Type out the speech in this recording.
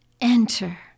enter